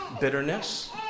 bitterness